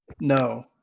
No